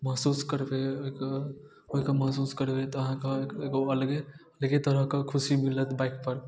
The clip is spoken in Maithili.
महसूस करबै ओहिके ओहिके महसूस करबै तऽ अहाँकेँ एगो अलगे एक्के तरहके खुशी मिलत बाइकपर